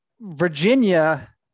Virginia